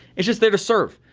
it's just there to serve.